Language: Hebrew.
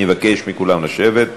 אני אבקש מכולם לשבת.